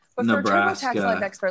Nebraska